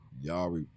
Y'all